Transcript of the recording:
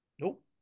Nope